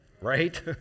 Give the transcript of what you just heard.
right